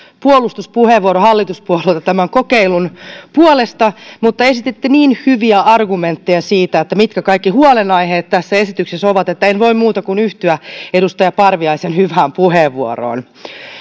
puolustuspuheenvuoro hallituspuolueelta tämän kokeilun puolesta mutta esititte niin hyviä argumentteja siitä mitkä kaikki huolenaiheet tässä esityksessä on että en voi muuta kuin yhtyä edustaja parviaisen hyvään puheenvuoroon